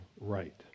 right